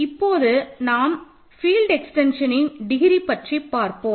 இப்போது நாம் ஃபீல்ட் எக்ஸ்டென்ஷனின் டிகிரி பற்றி பார்ப்போம்